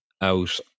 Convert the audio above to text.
out